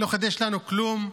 לא חידש לנו כלום.